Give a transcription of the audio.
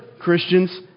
Christians